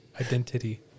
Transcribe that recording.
Identity